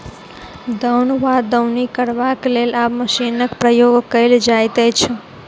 दौन वा दौनी करबाक लेल आब मशीनक प्रयोग कयल जाइत अछि